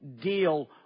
deal